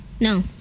No